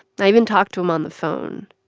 i even talked to him on the phone.